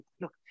look